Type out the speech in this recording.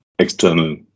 external